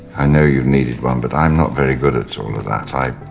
i know you've needed one but i'm not very good at all of that. i